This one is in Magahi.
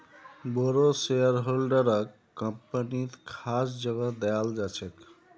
बोरो शेयरहोल्डरक कम्पनीत खास जगह दयाल जा छेक